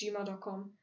gmail.com